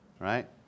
Right